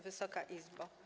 Wysoka Izbo!